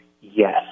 yes